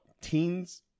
teens